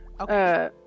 Okay